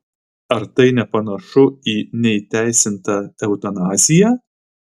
ar tai nepanašu į neįteisintą eutanaziją